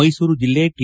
ಮೈಸೂರು ಜೆಲ್ಲೆ ಟಿ